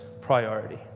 priority